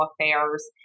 affairs